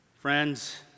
Friends